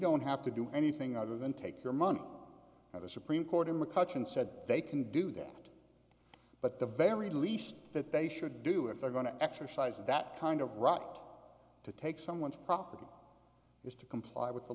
don't have to do anything other than take your money now the supreme court in mccutcheon said they can do that but the very least that they should do if they're going to exercise that kind of right to take someone's property is to comply with the